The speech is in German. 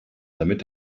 damit